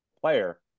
player